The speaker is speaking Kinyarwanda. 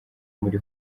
muri